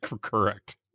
Correct